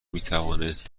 میتوانست